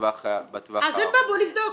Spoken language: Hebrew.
אז בוא נבדוק.